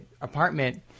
apartment